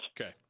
Okay